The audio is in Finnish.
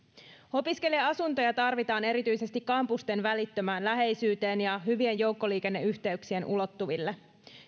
opiskelija asuntoja tarvitaan erityisesti kampusten välittömään läheisyyteen ja hyvien joukkoliikenneyhteyksien ulottuville